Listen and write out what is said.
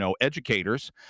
educators